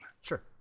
Sure